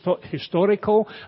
historical